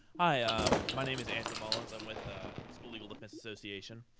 hi. um my name is andrew mullins. i'm with the home school legal defense association.